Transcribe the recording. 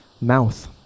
mouth